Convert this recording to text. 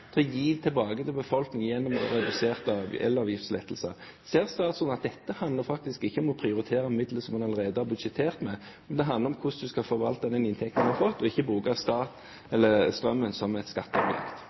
å gi tilbake til befolkningen gjennom reduserte elavgiftslettelser. Ser statsråden at dette faktisk ikke handler om å prioritere midler som man allerede har budsjettert med, men det handler om hvordan man skal forvalte den inntekten man har fått, ikke